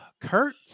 Kurt